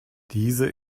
diese